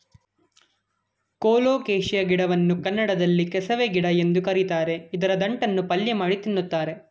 colocasia ಗಿಡವನ್ನು ಕನ್ನಡದಲ್ಲಿ ಕೆಸವೆ ಗಿಡ ಎಂದು ಕರಿತಾರೆ ಇದರ ದಂಟನ್ನು ಪಲ್ಯಮಾಡಿ ತಿನ್ನುತ್ತಾರೆ